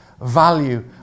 value